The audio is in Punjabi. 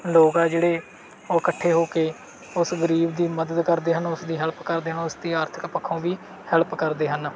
ਲੋਕ ਆ ਜਿਹੜੇ ਉਹ ਇਕੱਠੇ ਹੋ ਕੇ ਉਸ ਗਰੀਬ ਦੀ ਮਦਦ ਕਰਦੇ ਹਨ ਉਸ ਦੀ ਹੈਲਪ ਕਰਦੇ ਹਨ ਉਸ ਦੀ ਆਰਥਿਕ ਪੱਖੋਂ ਵੀ ਹੈਲਪ ਕਰਦੇ ਹਨ